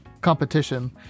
competition